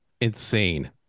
insane